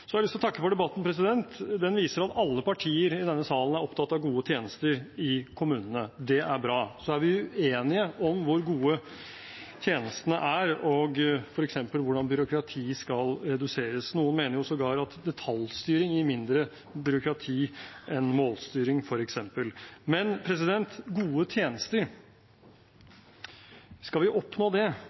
Så er vi uenige om hvor gode tjenestene er, og f.eks. om hvordan byråkrati skal reduseres. Noen mener sågar at detaljstyring gir mindre byråkrati enn målstyring, f.eks. Skal vi oppnå gode tjenester, kommer digitalisering til å være et svært viktig virkemiddel. Derfor er det